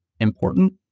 important